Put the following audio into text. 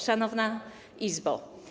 Szanowna Izbo!